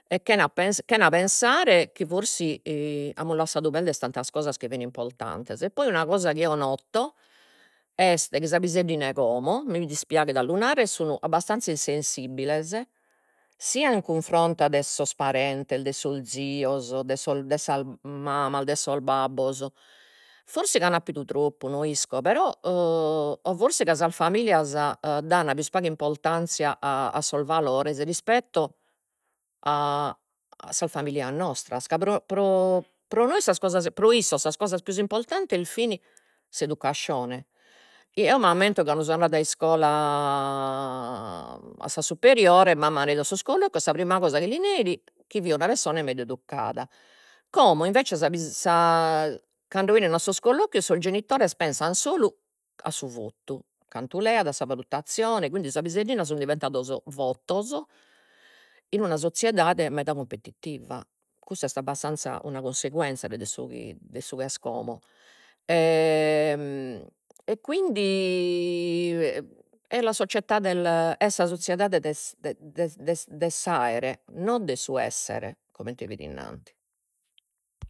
E chena chena pensare chi forsis amus lassadu perdere tantas cosa chi fin importantes, e poi una cosa chi eo noto est, chi sa piseddina 'e como, mi dispiaghet a lu narrer, sun abbastanza insensibiles sia in cunfrontu de sos parentes, de sos zios de sas mamas, de sos babbos, forsis ca an appidu troppu, no isco però o forsis ca sas familias dan pius paga importanzia a sos valores rispetto a sas familias nostras, ca pro pro pro nois sas cosas pro issos sas cosas pius importantes fin s'educascione, eo m'ammento cando so andada a iscola a sas superiores mamma andeit a sos collochios sa prima cosa chi li nein chi fio una pessone beneducada, como invece sa sa cando enin a sos collochios sos genitores pensan solu a su votu, cantu leat, a sa valutazione, quindi sa piseddina sun diventados votos, in una edade meda cumpetitiva, custa est abbastanzia una conseguenza de su ch'est como e quindi è la società del, est sa soziedade de de de s'aere non de su essere, comente fit innanti